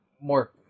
more